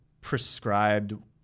prescribed